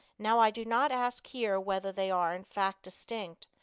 now i do not ask here whether they are in fact distinct,